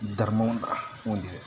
ಧರ್ಮವನ್ನು ಹೊಂದಿದೆ